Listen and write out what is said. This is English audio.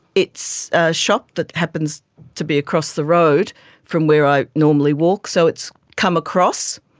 it's a shop that happens to be across the road from where i normally walk, so it's come across,